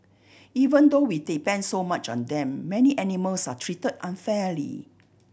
even though we depend so much on them many animals are treated unfairly